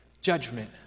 judgment